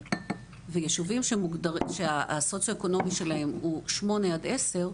ובישובים שהסוציואקונומי שלהם הוא שמונה עד עשר,